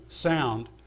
sound